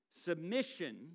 submission